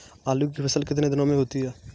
आलू की फसल कितने दिनों में होती है?